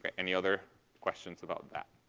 any other questions about that?